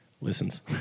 listens